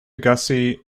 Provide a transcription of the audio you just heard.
gussie